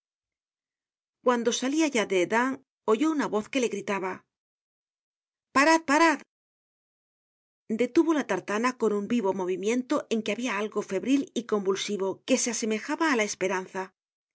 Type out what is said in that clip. cuando salia ya de hesdin oyó una voz que le gritaba parad parad detuvo la tartana con un vivo movimiento en que habia algo febril y convulsivo que se asemejaba á la esperanza era